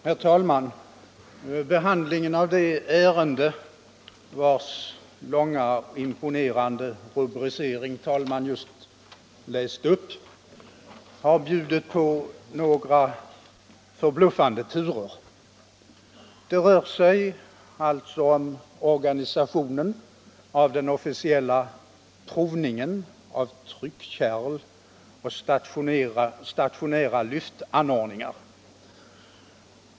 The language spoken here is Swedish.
Herr talman! Behandlingen av det ärende vars långa imponerande rubricering på föredragningslistan herr talmannen just läste upp har bjudit på några förbluffande turer. Det rör sig alltså här om organisationen av den officiella provningen av tryckkärl och stationära lyftanordningar.